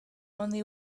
only